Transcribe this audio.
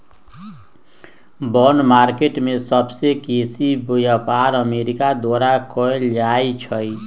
bond market में सबसे बेसी व्यापार अमेरिका द्वारा कएल जाइ छइ